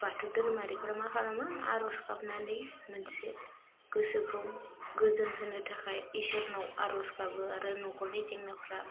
बाथौ दोरोमारिफ्रा मा खालामो आर'ज गाबनानै मोनसे गोसोखौ गोजोन होनो थाखाय ईश्वोरनाव आर'ज गाबो आरो न'खरनि जेंनाफ्रा